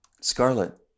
Scarlet